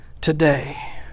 today